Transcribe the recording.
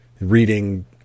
reading